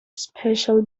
special